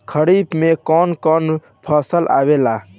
खरीफ में कौन कौन फसल आवेला?